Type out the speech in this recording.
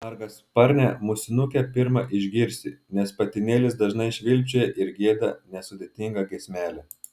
margasparnę musinukę pirma išgirsi nes patinėlis dažnai švilpčioja ar gieda nesudėtingą giesmelę